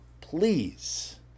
please